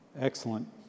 Excellent